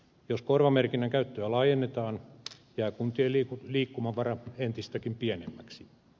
jos korvamerkinnän käyttöä laajennetaan jää kuntien liikkumavara entistäkin pienemmäksi